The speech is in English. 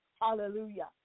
Hallelujah